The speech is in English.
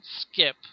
skip